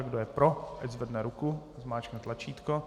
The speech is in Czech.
Kdo je pro, ať zvedne ruku a zmáčkne tlačítko.